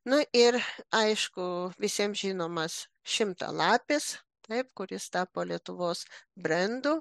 na ir aišku visiems žinomas šimtalapis taip kuris tapo lietuvos brendu